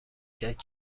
کرد